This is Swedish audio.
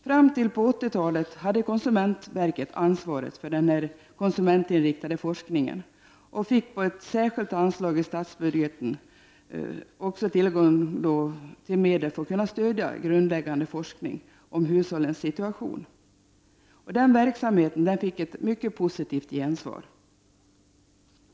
Fram till 80-talet hade konsumentverket ansvaret för den konsumentinriktade forskningen och fick också ett särskilt anslag i statsbudgeten för att kunna stödja grundläggande forskning om hushållens situation. Den verksamheten fick ett mycket positivt gensvar.